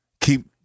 keep